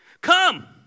Come